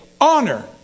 honor